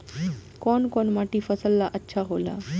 कौन कौनमाटी फसल ला अच्छा होला?